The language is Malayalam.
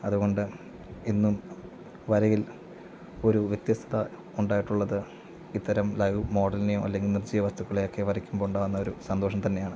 അതുകൊണ്ട് എന്നും വരയിൽ ഒരു വ്യത്യസ്തത ഉണ്ടായിട്ടുള്ളത് ഇത്തരം ലൈവ് മോഡലിനെയോ അല്ലെങ്കിൽ നിർജ്ജീവ വസ്തുക്കളെ ഒക്കെ വരയ്കുമ്പോൾ ഉണ്ടാവുന്നൊരു സന്തോഷം തന്നെയാണ്